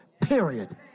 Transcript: period